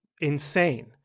insane